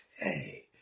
Hey